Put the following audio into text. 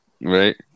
Right